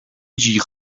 جیغ